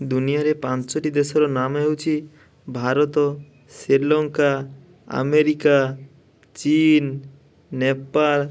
ଦୁନିଆରେ ପାଞ୍ଚଟି ଦେଶର ନାମ ହେଉଛି ଭାରତ ଶ୍ରୀଲଙ୍କା ଆମେରିକା ଚୀନ ନେପାଳ